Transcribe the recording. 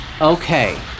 Okay